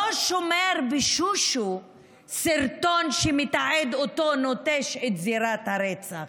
לא שומר בשושו סרטון שמתעד אותו נוטש את זירת הרצח.